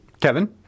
Kevin